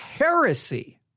heresy